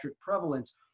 prevalence